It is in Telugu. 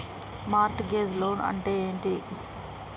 మార్ట్ గేజ్ లోన్ అంటే ఏమిటి?